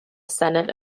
senate